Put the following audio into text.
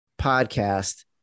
podcast